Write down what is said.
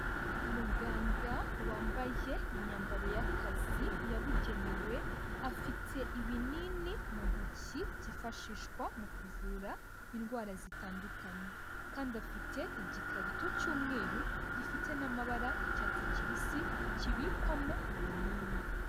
Umuganga wambaye imyambaro y'akazi yabugenewe, afite ibinini mu ntoki byifashishwa mu kuvura indwara zitandukanye kandi afite igikarito cy'umweru gifite n'amabara y'icyatsi kibisi kibikwamo ibinini.